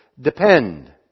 depend